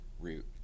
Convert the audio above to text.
root